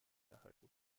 erhalten